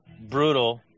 brutal